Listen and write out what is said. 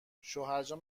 شوهرجان